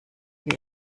wie